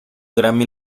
grammy